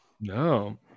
No